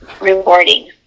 rewarding